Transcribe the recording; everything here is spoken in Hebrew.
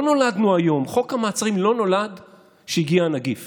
לא נולדנו היום, חוק המעצרים לא נולד כשהגיע הנגיף